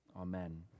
amen